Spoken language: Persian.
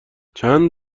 چند